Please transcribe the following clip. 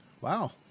Wow